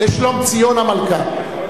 לשלומציון המלכה.